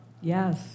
Yes